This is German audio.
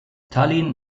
tallinn